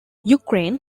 ukraine